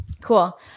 cool